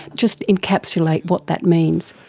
just encapsulate what that means.